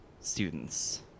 students